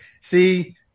See